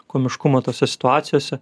komiškumą tose situacijose